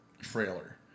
trailer